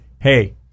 Hey